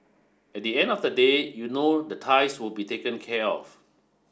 at the end of the day you know the ties will be taken care of